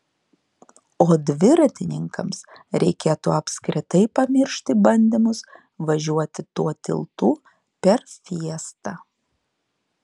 o dviratininkams reikėtų apskritai pamiršti bandymus važiuoti tuo tiltu per fiestą